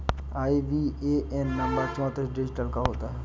IBAN नंबर चौतीस digit का होता है